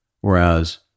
Whereas